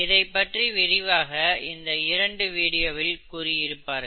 இதைப்பற்றி விரிவாக இந்த இரண்டு வீடியோவில் கூறியிருப்பார்கள்